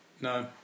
No